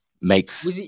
makes